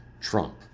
Trump